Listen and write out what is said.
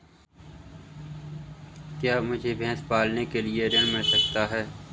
क्या मुझे भैंस पालने के लिए ऋण मिल सकता है?